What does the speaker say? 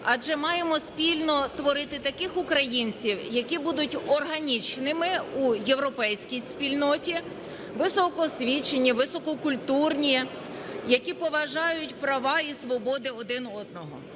адже маємо спільно творити таких українців, які будуть органічними у європейській спільноті: високоосвічені, висококультурні, які поважають права і свободи один одного.